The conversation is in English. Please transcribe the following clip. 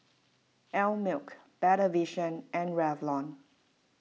Einmilk Better Vision and Revlon